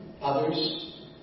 others